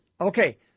Okay